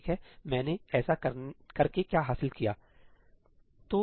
ठीक है मैंने ऐसा करके क्या हासिल किया है